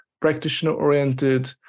practitioner-oriented